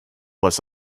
was